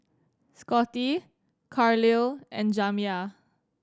Scottie Carlisle and Jamya